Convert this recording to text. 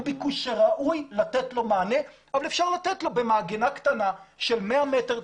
הוא ביקוש שראוי לתת לו מענה אבל אפשר לתת לו במעגנה קטנה של 100 מטרים,